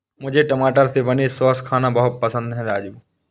मुझे टमाटर से बने सॉस खाना बहुत पसंद है राजू